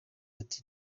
ati